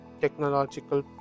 technological